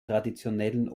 traditionellen